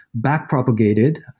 backpropagated